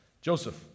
Joseph